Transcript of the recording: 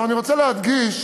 אני רוצה להדגיש,